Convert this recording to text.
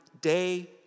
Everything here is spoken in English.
day